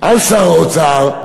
על שר האוצר,